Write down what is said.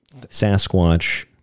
Sasquatch